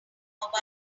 mobile